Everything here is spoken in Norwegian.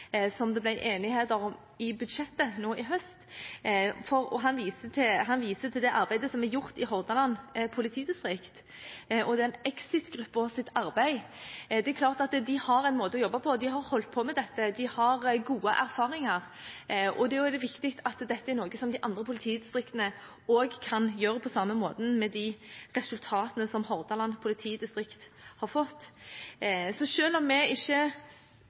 som det ble enighet om i budsjettet i høst. Han viste til det arbeidet som er gjort i Hordaland politidistrikt, EXIT-gruppens arbeid. Det er klart at de har en måte å jobbe på, de har holdt på med dette, og de har gode erfaringer. Da er det viktig at dette er noe som de andre politidistriktene også kan gjøre på samme måten, med de resultatene som Hordaland politidistrikt har fått. Selv om vi ikke